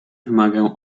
wymagają